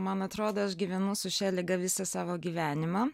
man atrodo aš gyvenu su šia liga visą savo gyvenimą